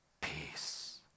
peace